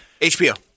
HBO